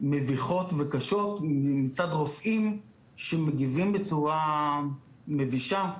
מביכות וקשות מצד רופאים שמגיבים בצורה מבישה,